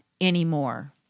anymore